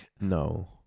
no